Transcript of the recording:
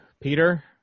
Peter